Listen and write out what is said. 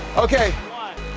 okay. one